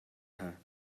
her